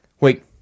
Wait